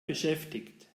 beschäftigt